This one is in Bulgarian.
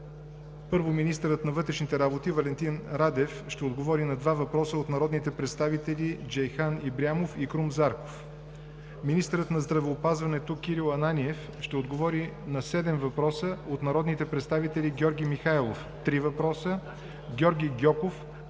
- министърът на вътрешните работи Валентин Радев ще отговори на два въпроса от народните представители Джейхан Ибрямов и Крум Зарков; - министърът на здравеопазването Кирил Ананиев ще отговори на седем въпроса от народните представители Георги Михайлов – 3 въпроса; Георги Гьоков,